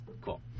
Cool